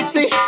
See